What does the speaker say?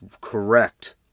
correct